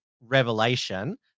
revelation